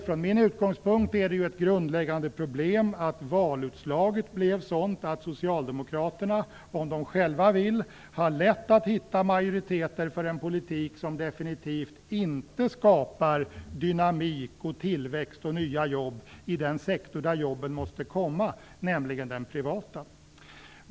Från min utgångspunkt är det ett grundläggande problem att valutslaget blev sådant att socialdemokraterna, om de själva vill, har lätt att hitta majoriteter för en politik som definitivt inte skapar dynamik, tillväxt och nya jobb i den sektor där jobben måste komma, nämligen den privata.